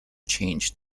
changed